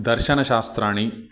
दर्शनशास्त्राणि